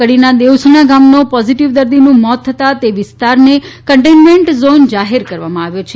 કડીના દેઉસણા ગામનો પોઝીટીવ દર્દીનું મોત થતાં તે વિસ્તારનો કન્ટેન્મેન્ટ જાહેર પણ કરવામાં આવેલ છે